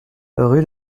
rue